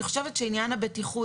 אני חושבת שעניין הבטיחות,